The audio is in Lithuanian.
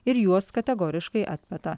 ir juos kategoriškai atmeta